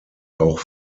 auch